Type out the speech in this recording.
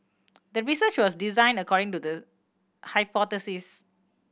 the research was designed according to the hypothesis